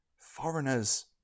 foreigners